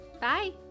bye